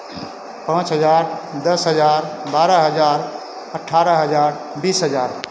पाँच हज़ार दस हज़ार बारह हज़ार अठारह हज़ार बीस हज़ार